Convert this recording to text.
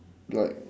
but